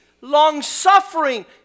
long-suffering